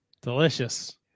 Delicious